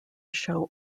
show